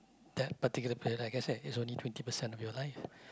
that particular period like I said is only twenty percent of your life